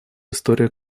историю